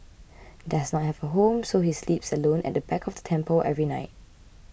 does not have a home so he sleeps alone at the back of the temple every night